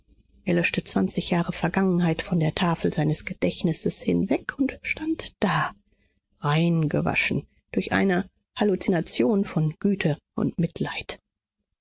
löschte zwanzig jahre vergangenheit von der tafel seines gedächtnisses hinweg und stand da reingewaschen durch eine halluzination von güte und mitleid